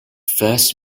first